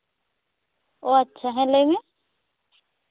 ᱚ ᱟᱪᱪᱷᱟ ᱞᱟᱹᱭ ᱢᱮ